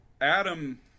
Adam